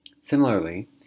Similarly